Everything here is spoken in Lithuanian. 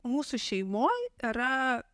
mūsų šeimoj yra